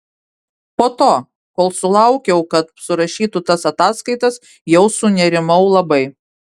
po to kol sulaukiau kad surašytų tas ataskaitas jau sunerimau labai